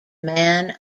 man